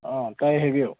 ꯑꯥ ꯇꯥꯏ ꯍꯥꯏꯕꯤꯌꯨ